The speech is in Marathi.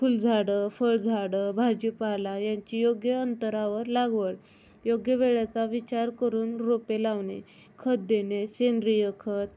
फुलझाडं फळझाडं भाजीपाला यांची योग्य अंतरावर लागवड योग्य वेळेचा विचार करून रोपे लावणे खत देणे सेंद्रिय खत